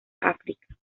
áfrica